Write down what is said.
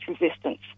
resistance